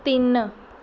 ਤਿੰਨ